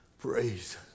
praise